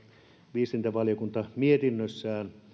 viestintävaliokunta mietinnössään